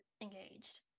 engaged